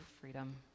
freedom